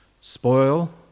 spoil